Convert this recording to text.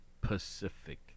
Pacific